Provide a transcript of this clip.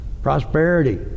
prosperity